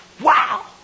Wow